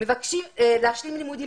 ומבקשים מהם להשלים לימודים.